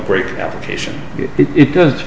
great application it does